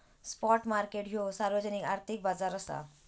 spot market ह्यो सार्वजनिक आर्थिक बाजार असा